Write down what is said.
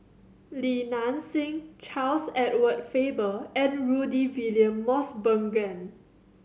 Li Nanxing Charles Edward Faber and Rudy William Mosbergen